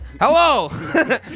Hello